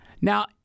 Now